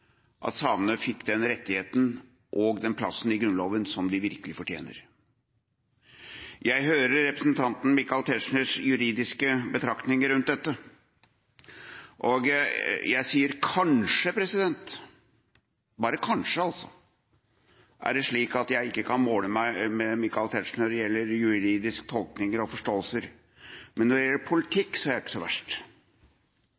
at samene fikk denne rettigheten og den plassen i Grunnloven som de virkelig fortjener. Jeg hører representanten Michael Tetzschners juridiske betraktninger rundt dette, og jeg sier at kanskje – bare kanskje – er det slik at jeg ikke kan måle meg med Michael Tetzschner når det gjelder juridiske tolkninger og forståelser, men når det gjelder